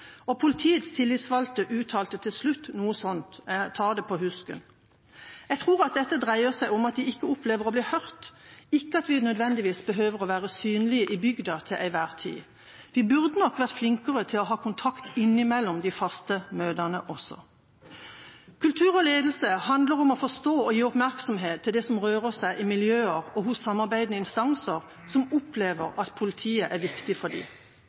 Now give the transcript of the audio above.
og politiets tillitsvalgte uttalte til slutt noe sånt – jeg tar det etter husken: «Jeg tror dette dreier seg om at de ikke opplever å bli hørt, ikke at vi nødvendigvis behøver å være synlige i bygda til enhver tid. Vi burde nok vært flinkere til å ta kontakt innimellom de faste møtene også.» Kultur og ledelse handler om å forstå og gi oppmerksomhet til det som rører seg i miljøer og hos samarbeidende instanser som opplever at politiet er viktig for